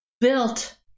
built